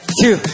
two